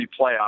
playoffs